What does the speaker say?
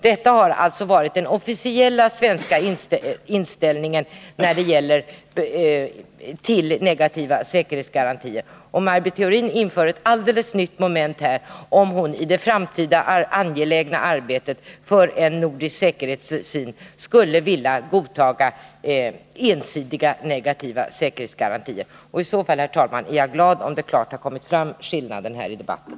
Detta har alltså varit den officiella svenska inställningen till negativa säkerhetsgarantier, och Maj Britt Theorin inför ett alldeles nytt moment, om hon i det framtida angelägna arbetet för en nordisk säkerhetszon skulle vilja godta ensidiga negativa säkerhetsgarantier. I så fall, herr talman, är jag glad om skillnaden klart har kommit fram här i debatten.